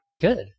Good